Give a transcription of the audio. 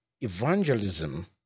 evangelism